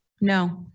No